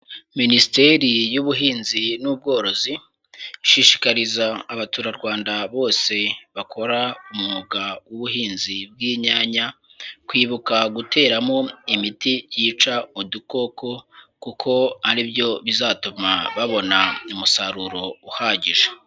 Minisiteri y'Ubuhinzi n'Ubworozi, ishishikariza abaturarwanda bose bakora umwuga w'ubuhinzi bw'inyanya, kwibuka guteramo imiti yica udukoko kuko ari byo bizatuma babona umusaruro uhagije.